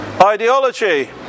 ideology